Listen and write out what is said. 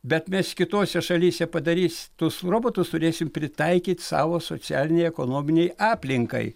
bet mes kitose šalyse padarys tus robotus turėsim pritaikyt savo socialinei ekonominei aplinkai